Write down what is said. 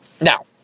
Now